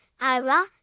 Ira